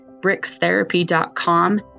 BricksTherapy.com